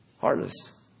Heartless